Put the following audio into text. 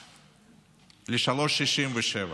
ל-3.67.